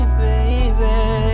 baby